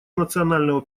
национального